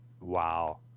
wow